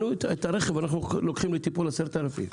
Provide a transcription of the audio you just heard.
את הרכב אנחנו לוקחים לטיפול 10,000,